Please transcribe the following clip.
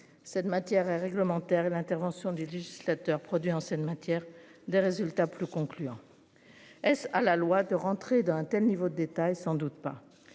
cette matière réglementaire et l'intervention du législateur produit scène matière des résultats plus concluant. S à la loi de rentrer dans un tel niveau de détails, sans doute pas.